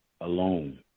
alone